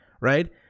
right